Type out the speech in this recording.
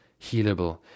healable